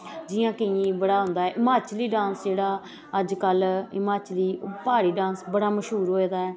जि'यां केंईयें बड़ा होंदा ऐ हिमाचली डांस जेह्ड़ा अज कल्ल हिमाचली प्हाड़ी डांस बड़ा मश्हूर होए दा ऐ